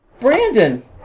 Brandon